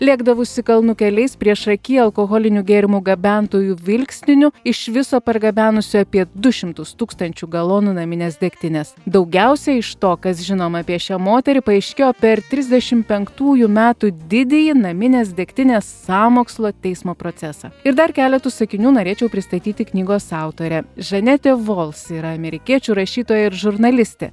lėkdavusi kalnų keliais priešaky alkoholinių gėrimų gabentojų vilkstinių iš viso pargabenusi apie du šimtus tūkstančių galonų naminės degtinės daugiausia iš to kas žinoma apie šią moterį paaiškėjo per trisdešim penktųjų metų didįjį naminės degtinės sąmokslo teismo procesą ir dar keletu sakinių norėčiau pristatyti knygos autorę žanetė vols yra amerikiečių rašytoja ir žurnalistė